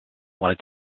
want